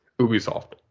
Ubisoft